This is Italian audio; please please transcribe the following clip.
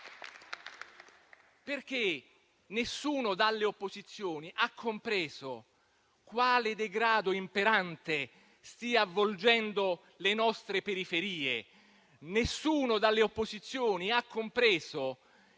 Nessuno dalle opposizioni ha compreso quale degrado imperante stia avvolgendo le nostre periferie. Nessuno dalle opposizioni ha compreso